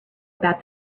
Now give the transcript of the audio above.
about